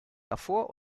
davor